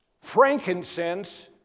Frankincense